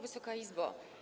Wysoka Izbo!